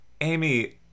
amy